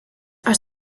are